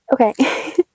Okay